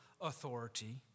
authority